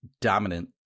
dominant